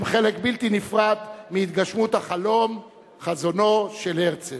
הם חלק בלתי נפרד מהתגשמות החלום, חזונו של הרצל.